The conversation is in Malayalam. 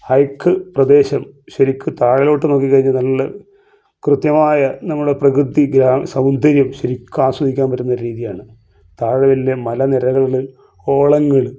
ഹൈക്ക് പ്രദേശം ശരിക്കും താഴോട്ട് നോക്കി കഴിഞ്ഞാൽ നല്ല കൃത്യമായ നമ്മുടെ പ്രകൃതി ഗ്രാ സൗന്ദര്യം ശരിക്കും ആസ്വദിക്കാൻ പറ്റുന്ന ഒരു രീതിയാണ് താഴെ വലിയ മലനിരകള് ഓളങ്ങള്